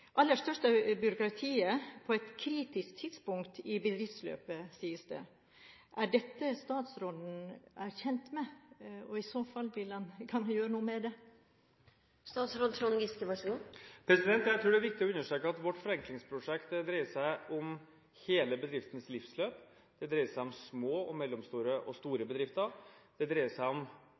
Aller størst er byråkratiet på et kritisk tidspunkt i bedriftsløpet, sies det. Er dette noe statsråden er kjent med? Og i så fall, kan han gjøre noe med det? Jeg tror det er viktig å understreke at vårt forenklingsprosjekt dreier seg om hele bedriftens livsløp, det dreier seg om små, mellomstore og store bedrifter, det dreier seg om